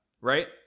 right